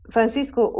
Francisco